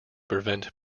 prevent